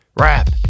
Rap